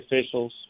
officials